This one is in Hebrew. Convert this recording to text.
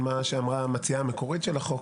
על מה שאמרה המציעה המקורית של החוק,